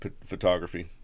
photography